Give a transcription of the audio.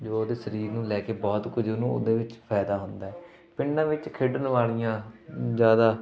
ਜੋ ਉਹਦੇ ਸਰੀਰ ਨੂੰ ਲੈ ਕੇ ਬਹੁਤ ਕੁਝ ਉਹਨੂੰ ਉਹਦੇ ਵਿੱਚ ਫਾਇਦਾ ਹੁੰਦਾ ਪਿੰਡਾਂ ਵਿੱਚ ਖੇਡਣ ਵਾਲੀਆਂ ਜ਼ਿਆਦਾ